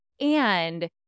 and-